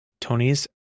Tony's